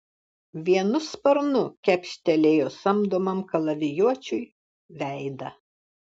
vienu sparnu kepštelėjo samdomam kalavijuočiui veidą